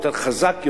יותר חזק,